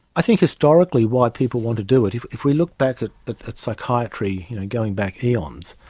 i think historically why people want to do it, if if we look back at psychiatry going back eons,